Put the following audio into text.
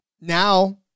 Now